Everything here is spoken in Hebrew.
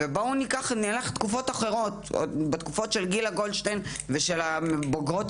גם בתקופה של גילה גולדשטיין ושל טרנסיות בוגרות